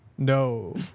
No